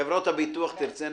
חברות הביטוח ירצו,